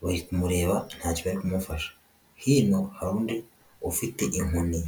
bari kumureba ntacyo bari kumufasha hino hari undi ufite inkoni.